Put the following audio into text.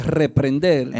reprender